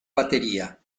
batería